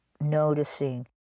noticing